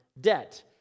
debt